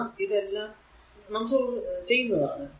നാം ഇതെല്ലാം നാം ചെയ്യുന്നതാണ്